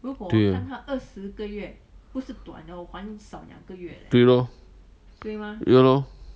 对 lor 对 lor 对